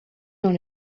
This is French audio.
dans